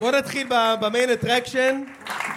בוא נתחיל במיין אטרקצ'ן